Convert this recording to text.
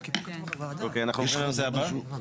לעבור לנושא הבא?